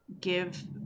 give